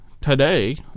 today